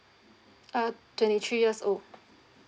uh twenty three years old